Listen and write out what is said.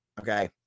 Okay